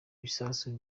bisasu